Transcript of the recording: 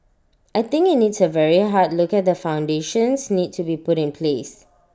I think IT needs A very hard look at the foundations need to be put in place